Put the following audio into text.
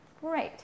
great